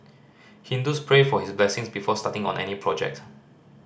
Hindus pray for his blessings before starting on any project